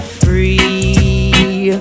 free